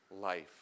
life